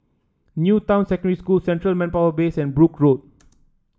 New Town Secondary School Central Manpower Base and Brooke Road